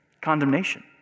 Condemnation